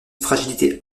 fragilité